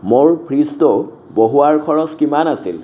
মোৰ ফ্ৰিজটোৰ বহুওৱাৰ খৰচ কিমান আছিল